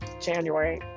January